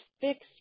fixed